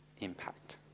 impact